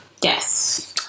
Yes